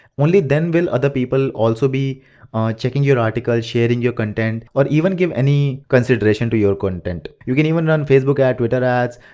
only then will the other people also be checking your article, sharing your content, or even give any consideration to your content. you can even run facebook ads or twitter ads,